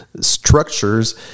structures